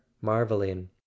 marveling